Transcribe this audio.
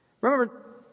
Remember